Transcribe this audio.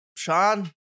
Sean